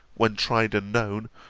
when tried and known,